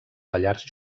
pallars